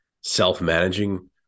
self-managing